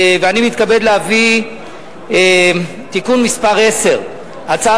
ואני מתכבד עכשיו להביא את תיקון מס' 10. הצעת